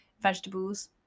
vegetables